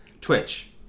Twitch